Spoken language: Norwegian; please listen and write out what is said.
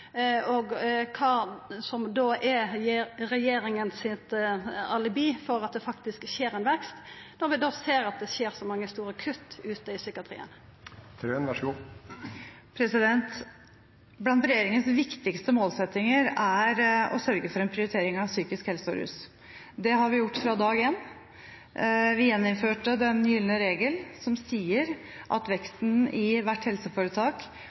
og kva som gir regjeringa alibi for at det faktisk skjer ein vekst, når vi ser at det er så mange store kutt ute i psykiatrien. Blant regjeringens viktigste målsettinger er å sørge for prioritering av psykisk helse og rus. Det har vi gjort fra dag én. Vi gjeninnførte den gylne regel som sier at veksten i